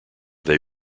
they